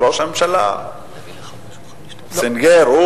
וראש הממשלה והאוצר סנגרו,